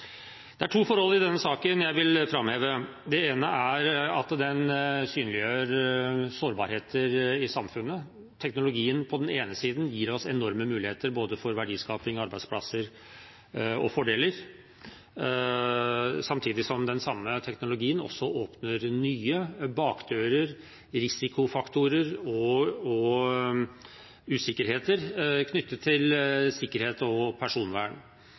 Det er to forhold i denne saken som jeg vil framheve. Det ene er at den synliggjør sårbarheter i samfunnet. Teknologien gir oss på den ene siden enorme muligheter for verdiskaping, arbeidsplasser og andre fordeler, samtidig som den samme teknologien på den andre siden åpner nye bakdører, risikofaktorer og usikkerhet knyttet til sikkerhet og personvern.